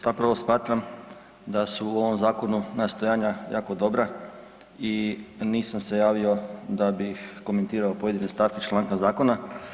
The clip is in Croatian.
Zapravo smatram da su u ovom zakonu nastojanja jako dobra i nisam se javio da bih komentirao pojedine stavke iz članka zakona.